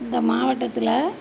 இந்த மாவட்டத்தில்